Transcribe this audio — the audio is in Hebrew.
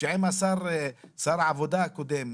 שעם שר העבודה הקודם,